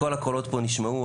כל הקולות פה נשמעו,